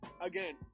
again